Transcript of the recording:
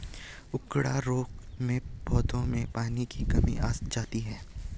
उकडा रोग में पौधों में पानी की कमी आ जाती है